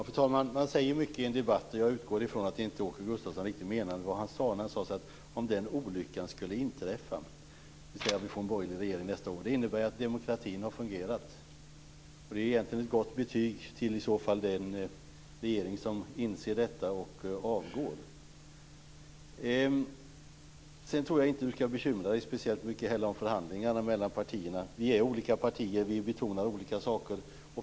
Fru talman! Man säger så mycket i en debatt. Jag utgår ifrån att Åke Gustavsson inte riktigt menade vad han sade när han sade "om den olyckan skulle inträffa", dvs. om vi får en borgerlig regering nästa år. Det innebär ju att demokratin har fungerat. Det är egentligen ett gott betyg till den regering som inser detta och avgår. Sedan tror jag inte att Åke Gustavsson ska bekymra sig speciellt mycket om förhandlingarna mellan partierna. Vi är olika partier. Vi betonar olika saker.